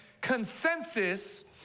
consensus